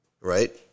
right